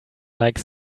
like